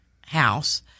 house